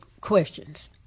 questions